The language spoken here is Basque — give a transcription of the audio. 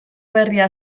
berria